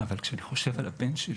אבל כשאני חושב על הבן שלי,